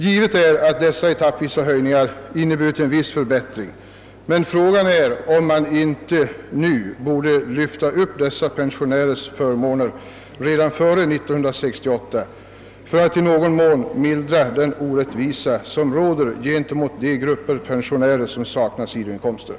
Givet är att dessa etappvisa höjningar inneburit en viss förbättring, men frågan är om man inte nu borde »lyfta upp» dessa pensionärers förmåner redan före 1968 för att i någon mån mildra den orättvisa som råder gentemot denna grupp av pensionärer som saknar sidoinkomster.